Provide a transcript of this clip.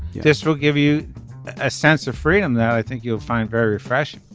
this will give you a sense of freedom that i think you'll find very fresh.